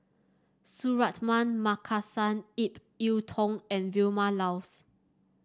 Suratman Markasan Ip Yiu Tung and Vilma Laus